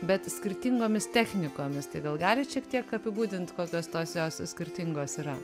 bet skirtingomis technikomis tai gal galit šiek tiek apibūdint kokios tos jos skirtingos yra